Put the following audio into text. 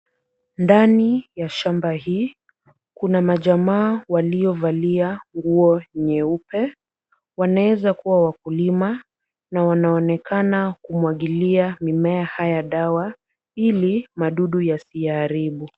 Ndani ya shamba hii, kuna majamaa waliovalia nguo nyeupe. Wanaweza kuwa wakulima na wanaonekana kumwagilia mimea haya dawa ili madudu yasiyaharibu.